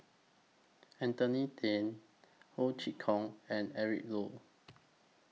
Anthony Then Ho Chee Kong and Eric Low